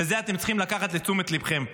ואת זה אתם צריכים לקחת לתשומת ליבכם: